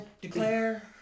declare